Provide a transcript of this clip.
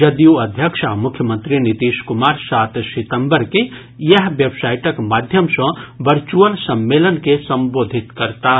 जदयू अध्यक्ष आ मुख्यमंत्री नीतीश कुमार सात सितम्बर के इएह वेबसाइटक माध्यम सँ वर्चुअल सम्मेलन के संबोधित करताह